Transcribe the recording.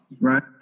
right